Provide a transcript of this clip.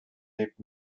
lebt